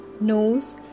nose